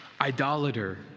idolater